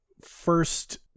first